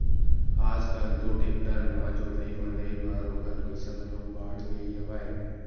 आज कल तो टेक्टर म जोतई फंदई बर ओखर पइसा घलो बाड़गे हवय